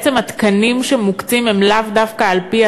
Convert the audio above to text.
בעצם התקנים שמוקצים הם לאו דווקא על-פי